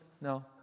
no